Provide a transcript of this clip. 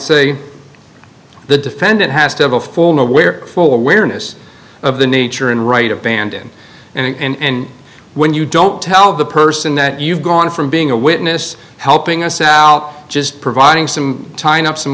se the defendant has to have a full nowhere full awareness of the nature and right of band in and in when you don't tell the person that you've gone from being a witness helping us out just providing some time up some